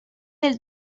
del